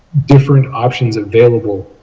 different options available.